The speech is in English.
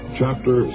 chapter